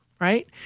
right